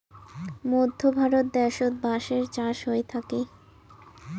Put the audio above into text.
মধ্য ভারত দ্যাশোত বাঁশের চাষ হই থাকি